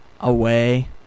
away